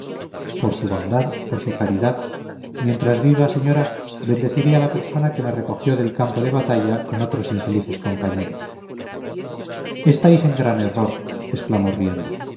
por su bondad por su caridad mientras viva señora bendeciré a la persona que me recogió del campo de batalla con otros infelices compañeros estáis en gran error exclamó